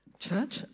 Church